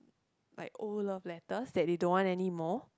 like old love letters that they don't want anymore